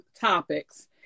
topics